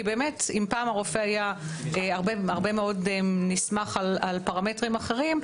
כי אם פעם הרופא היה נסמך הרבה מאוד על פרמטרים אחרים,